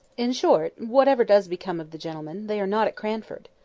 in short, whatever does become of the gentlemen, they are not at cranford.